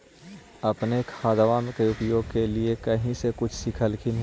अपने खादबा के उपयोग के लीये कही से कुछ सिखलखिन हाँ?